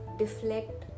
deflect